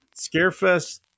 ScareFest